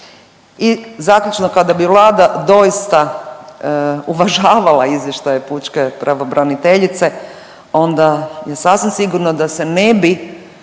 I zaključno, kada bi Vlada doista uvažavala izvještaje pučke pravobraniteljice onda je sasvim sigurno da se ne bi